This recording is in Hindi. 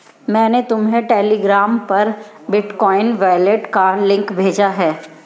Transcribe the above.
मैंने तुम्हें टेलीग्राम पर बिटकॉइन वॉलेट का लिंक भेजा है